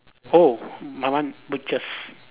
oh my one butchers